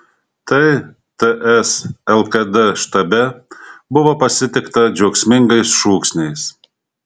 tai ts lkd štabe buvo pasitikta džiaugsmingais šūksniais